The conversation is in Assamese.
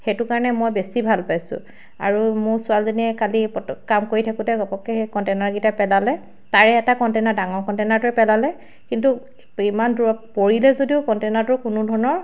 সেইটো কাৰণে মই বেছি ভাল পাইছোঁ আৰু মোৰ ছোৱালীজনীয়ে কালি কাম কৰি থাকোঁতে ঘপককৈ সেই কণ্টেনাৰকেইটা পেলালে তাৰে এটা কণ্টেনাৰ ডাঙৰ কণ্টেনাৰটোৱে পেলালে কিন্তু ইমান দূৰত পৰিলে যদিও কণ্টেনাৰটোৰ কোনো ধৰণৰ